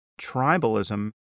tribalism